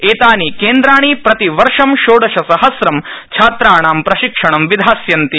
एतानि केन्द्राणि प्रतिवर्ष षोडशसहस्रं छात्राणां प्रशिक्षणं विधास्यन्ति